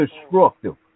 destructive